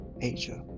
Asia